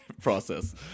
process